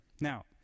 Now